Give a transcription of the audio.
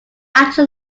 actual